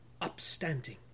upstanding